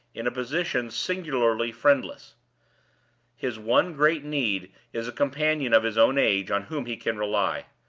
in a position singularly friendless his one great need is a companion of his own age on whom he can rely.